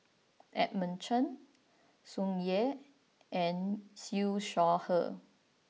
Edmund Cheng Tsung Yeh and Siew Shaw Her